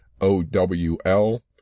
O-W-L